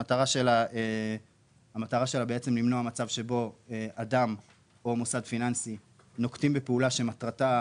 המטרה שלה למנוע מצב שבו אדם או מוסד פיננסי נוקטים בפעולה שמטרתה